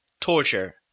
torture